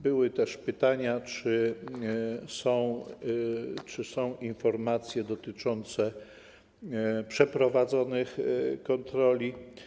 Były też pytania, czy są informacje dotyczące przeprowadzonych kontroli.